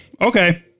okay